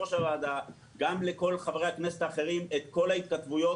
ליושב-ראש הוועדה ולכל חברי הכנסת האחרים את כל ההתכתבויות